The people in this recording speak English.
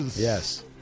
Yes